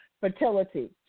fertility